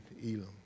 Elam